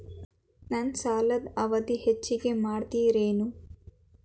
ನನ್ನ ಸಾಲದ ಅವಧಿ ಹೆಚ್ಚಿಗೆ ಮಾಡ್ತಿರೇನು?